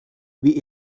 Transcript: wie